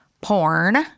porn